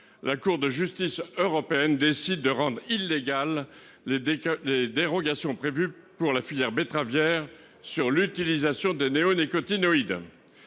La Cour de justice européenne décide de rendre illégales les des des dérogations prévues pour la filière betteravière sur l'utilisation des néonicotinoïdes.